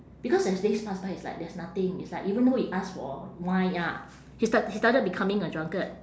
because as days pass by it's like there's nothing it's like even though he ask for wine ya he start~ he started becoming a drunkard